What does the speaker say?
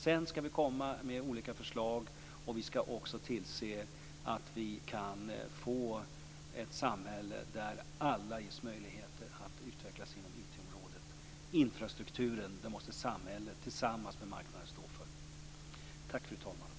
Sedan skall vi komma med olika förslag, och vi skall också tillse att vi kan få ett samhälle där alla ges möjligheter att utvecklas inom IT-området. Infrastrukturen måste samhället tillsammans med marknaden stå för. Tack, fru talman!